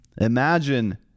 Imagine